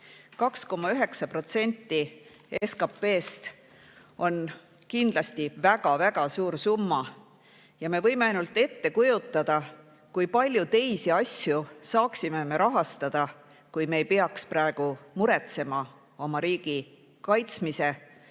2,9% SKP‑st on kindlasti väga-väga suur summa ja me võime ainult ette kujutada, kui paljusid teisi asju me saaksime rahastada, kui me ei peaks praegu muretsema oma riigi kaitsmise